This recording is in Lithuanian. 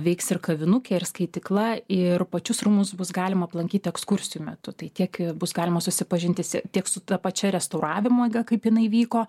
veiks ir kavinukė ir skaitykla ir pačius rūmus bus galima aplankyti ekskursijų metu tai tiek bus galima susipažinti si tiek su ta pačia restauravimo eiga kaip jinai vyko